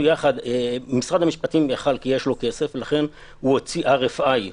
למשרד המשפטים יש כסף ולכן הוא הוציא RFI,